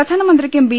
പ്രധാനമന്ത്രിക്കും B